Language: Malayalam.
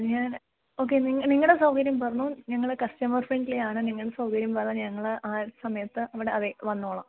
ഞാൻ ഓക്കെ നിങ്ങളുടെ സൗകര്യം പറഞ്ഞോ ഞങ്ങൾ കസ്റ്റമർ ഫ്രണ്ട്ലി ആണ് നിങ്ങളുടെ സൗകര്യം പറ ഞങ്ങൾ ആ സമയത്ത് അവിടെ അതെ വന്നോളാം